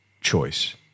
choice